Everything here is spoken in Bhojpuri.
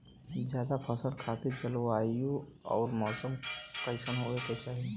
जायद फसल खातिर जलवायु अउर मौसम कइसन होवे के चाही?